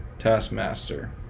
Taskmaster